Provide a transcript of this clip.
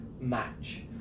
match